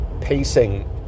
pacing